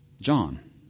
John